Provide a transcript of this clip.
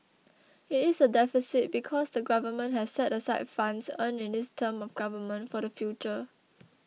it is a deficit because the Government has set aside funds earned in this term of government for the future